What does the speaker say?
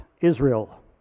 israel